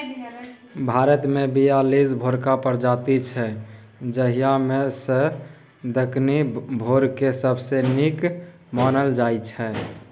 भारतमे बीयालीस भेराक प्रजाति छै जाहि मे सँ दक्कनी भेराकेँ सबसँ नीक मानल जाइ छै